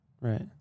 right